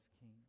king